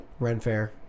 Renfair